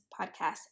podcast